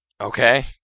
Okay